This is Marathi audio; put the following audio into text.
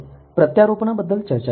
तर प्रत्यारोपणा बद्दल चर्चा केली